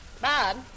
Bob